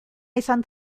izan